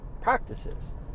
practices